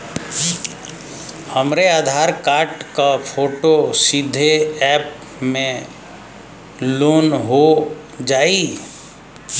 हमरे आधार कार्ड क फोटो सीधे यैप में लोनहो जाई?